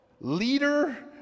leader